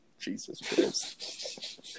Jesus